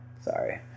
sorry